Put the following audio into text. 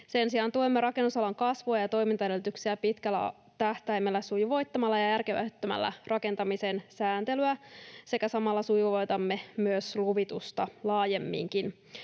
Sen sijaan tuemme rakennusalan kasvua ja toimintaedellytyksiä pitkällä tähtäimellä sujuvoittamalla ja järkevöittämällä rakentamisen sääntelyä, ja samalla sujuvoitamme myös luvitusta laajemminkin.